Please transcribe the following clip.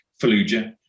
Fallujah